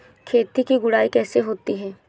खेत की गुड़ाई कैसे होती हैं?